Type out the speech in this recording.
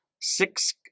six